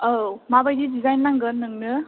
औ मा बादि डिजाइन नांगोन नोंनो